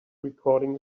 recording